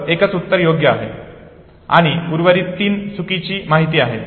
फक्त एकच उत्तर योग्य आहे आणि उर्वरित तीन चुकीची माहिती आहे